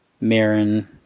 Marin